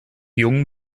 jung